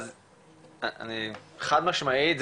חד משמעית,